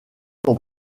sont